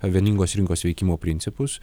vieningos rinkos veikimo principus